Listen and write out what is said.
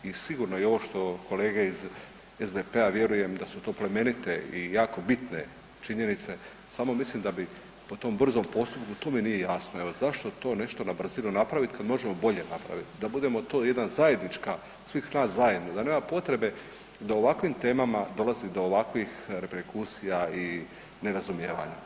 I sigurno i ovo što kolege iz SDP-a, a vjerujem da su to plemenite i jako bitne činjenice, samo mislim da bi po tom brzom postupku to mi nije jasno, evo zašto to nešto na brzinu napraviti kada možemo bolje napraviti, da budemo to jedna zajednička, svih nas zajedno da nema potrebe da o ovakvim temama dolazi do ovakvih reperkusija i nerazumijevana.